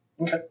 Okay